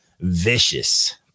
Vicious